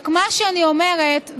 רק מה שאני אומרת,